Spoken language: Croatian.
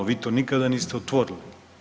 Vi to nikada niste otvorili.